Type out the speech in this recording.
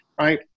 right